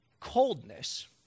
coldness